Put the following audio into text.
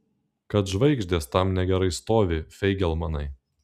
kad žvaigždės tam negerai stovi feigelmanai